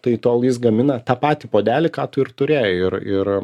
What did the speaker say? tai tol jis gamina tą patį puodelį ką tu ir turėjai ir ir